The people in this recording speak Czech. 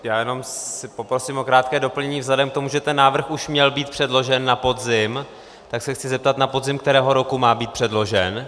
Já jenom si poprosím o krátké doplnění vzhledem k tomu, že ten návrh už měl být předložen na podzim, tak se chci zeptat, na podzim kterého roku má být předložen.